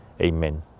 Amen